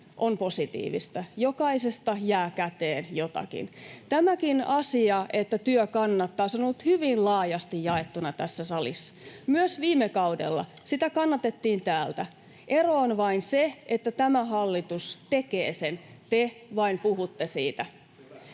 on positiivista. Jokaisesta jää käteen jotakin. Tämäkin asia, että työ kannattaa, on ollut hyvin laajasti jaettuna tässä salissa. Myös viime kaudella sitä kannatettiin täällä. Ero on vain se, että tämä hallitus tekee sen — te vain puhuitte siitä.